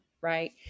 Right